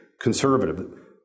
conservative